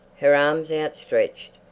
her arms outstretched,